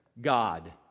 God